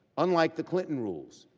unlike the clinton rules,